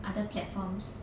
other platforms